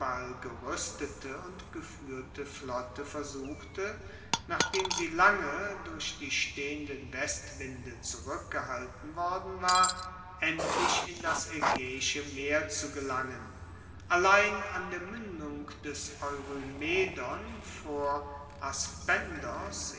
geruestete und gefuehrte flotte versuchte nachdem sie lange durch die stehenden westwinde zurueckgehalten worden war endlich in das aegaeische meer zu gelangen allein an der muendung des eurymedon vor